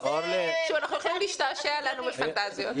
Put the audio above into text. אנחנו הולכים להשתעשע לנו בפנטזיות.